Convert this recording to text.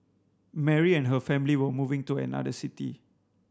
Mary and her family were moving to another city